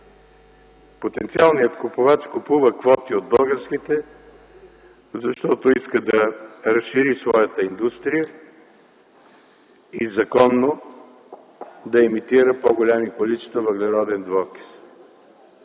Потенциалният купувач купува квоти от българските, защото иска да разшири своята индустрия и законно да емитира по-големи количества въглероден двуокис